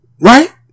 Right